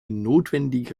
notwendige